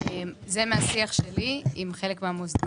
זה מהשיח שלי עם חלק מהמוסדיים.